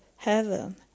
heaven